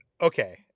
Okay